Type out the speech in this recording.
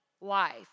life